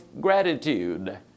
gratitude